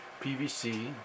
PVC